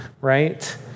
right